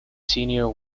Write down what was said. senior